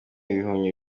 ibihumyo